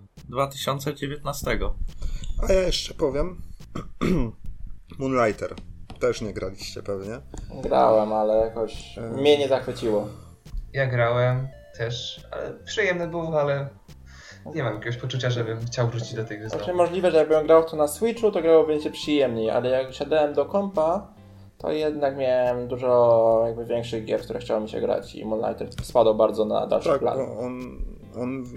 2019. A ja jeszcze powiem. Moonlighter. Też nie graliście pewnie. Grałem, ale jakoś Y. mnie nie zachwyciło. Ja grałem też, ale przyjemny był, ale nie mam jakiegoś poczucia, żebym chciał wrócić do tej gry Znaczy znowu. możliwe, że jakbym grał w to na Switchu, to grałoby mi się przyjemniej, ale jak siadałem do kompa, to jednak miałem dużo jakby większych gier, w które chciało mi się grać i Moonlighter spadł bardzo na dalszy Tak, plan. on- on- on-